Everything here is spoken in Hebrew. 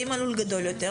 אם הלול גדול יותר,